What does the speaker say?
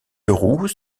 leroux